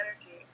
energy